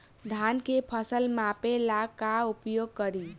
धान के फ़सल मापे ला का उपयोग करी?